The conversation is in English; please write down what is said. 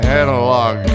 analog